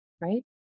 right